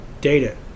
data